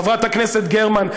חברת הכנסת גרמן,